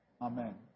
Amen